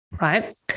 Right